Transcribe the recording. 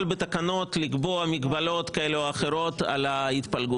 בתקנות לקבוע מגבלות כאלה או אחרות על ההתפלגות.